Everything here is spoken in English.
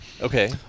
okay